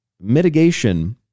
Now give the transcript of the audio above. Mitigation